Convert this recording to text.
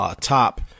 top